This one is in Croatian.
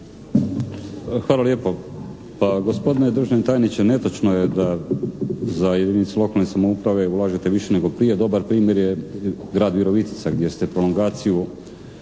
Hvala lijepo. Gospodine državni tajniče, netočno je da za jedinicu lokalne samouprave ulažete više nego prije. Dobar primjer je grad Virovitica gdje ste prolongaciju